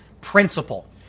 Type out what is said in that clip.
principle